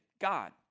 God